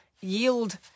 yield